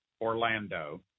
Orlando